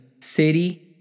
city